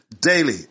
Daily